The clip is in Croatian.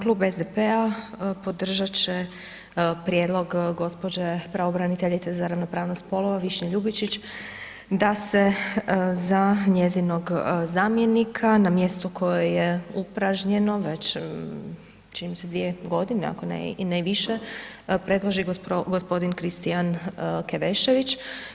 Klub SDP-a podržat će prijedlog gđe. pravobraniteljice za ravnopravnost spolova Višnje Ljubičić da se za njezinog zamjenika na mjesto koje je upražnjeno već čini mi se 2 godine, ako ne i više, predloži g. Kristijan Kevešević.